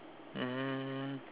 mm